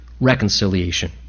reconciliation